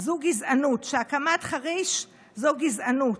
זו גזענות, שהקמת חריש זו גזענות,